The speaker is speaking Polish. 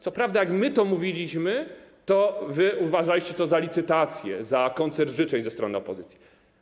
Co prawda, jak my to mówiliśmy, to uważaliście to za licytację, za koncert życzeń ze strony opozycji.